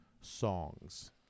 songs